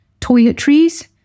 toiletries